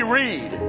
read